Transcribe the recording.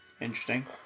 Interesting